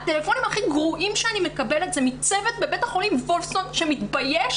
הטלפונים הכי גרועים שאני מקבלת זה מצוות בבית החולים וולפסון שמתבייש,